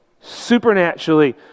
Supernaturally